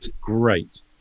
Great